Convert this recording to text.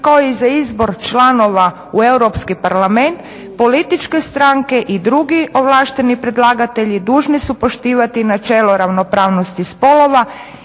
kao i za izbor članova u Europski parlament političke stranke i drugi ovlašteni predlagatelji dužni su poštivati načelo ravnopravnosti spolova